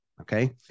Okay